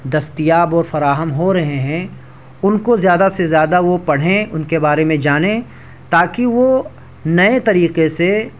دستیاب اور فراہم ہو رہے ہیں ان کو زیادہ سے زیادہ وہ پڑھیں ان کے بارے میں جانیں تاکہ وہ نئے طریقے سے